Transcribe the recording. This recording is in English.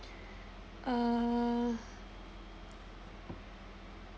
uh